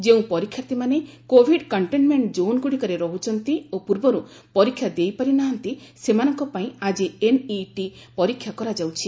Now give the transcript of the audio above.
ଯେଉଁ ପରୀକ୍ଷାର୍ଥୀମାନେ covid containment କୋନ୍ଗୁଡ଼ିକରେ ରହୁଛନ୍ତି ଓ ପୂର୍ବରୁ ପରୀକ୍ଷା ଦେଇପାରିନାହାନ୍ତି ସେମାନଙ୍କ ପାଇଁ ଆଜି ଏନଇଟି ପରୀକ୍ଷା କରାଯାଉଛି